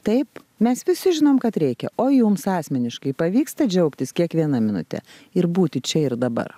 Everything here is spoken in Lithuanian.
taip mes visi žinom kad reikia o jums asmeniškai pavyksta džiaugtis kiekviena minute ir būti čia ir dabar